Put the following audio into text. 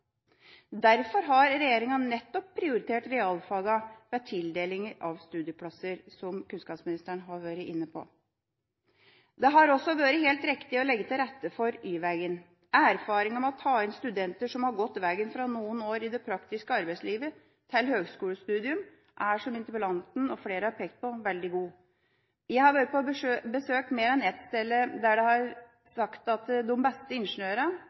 Derfor har regjeringa nettopp prioritert realfagene ved tildeling av studieplasser, som kunnskapsministeren har vært inne på. Det har også vært helt riktig å legge til rette for Y-veien. Erfaringene med å ta inn studenter som har gått veien fra noen år i det praktiske arbeidslivet til høgskolestudium, er – som interpellanten og flere har pekt på – veldig god. Jeg har vært på besøk mer enn ett sted der det har blitt sagt at de beste